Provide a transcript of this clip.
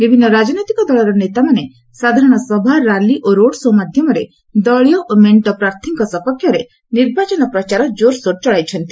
ବିଭିନ୍ନ ରାଜନୈତିକ ଦଳର ନେତାମାନେ ସାଧାରଣସଭା ରାଲି ଓ ରୋଡ୍ ସୋ ମାଧ୍ୟମରେ ଦଳୀୟ ଓ ମେଣ୍ଟ ପ୍ରାର୍ଥୀଙ୍କ ସପକ୍ଷରେ ନିର୍ବାଚନ ପ୍ରଚାର ଜୋରସୋର ଚଳାଇଛନ୍ତି